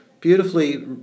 beautifully